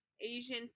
Asian